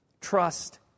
trust